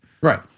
right